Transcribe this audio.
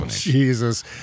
Jesus